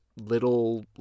little